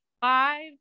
five